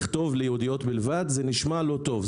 לכתוב: "ליהודיות בלבד" זה נשמע לא טוב.